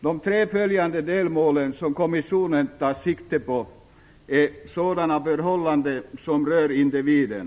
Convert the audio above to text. De tre följande delmål som kommissionen tar sikte på gäller förhållanden som rör individen.